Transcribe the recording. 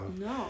no